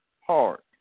heart